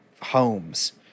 homes